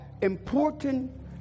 important